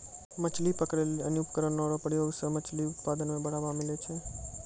मछली पकड़ै लेली अन्य उपकरण रो प्रयोग से मछली उत्पादन मे बढ़ावा मिलै छै